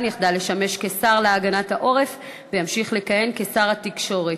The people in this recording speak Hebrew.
יחדל לשמש כשר להגנת העורף וימשיך לכהן כשר התקשורת.